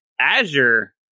Azure